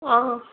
ആ